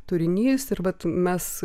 turinys ir vat mes